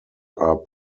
are